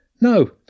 No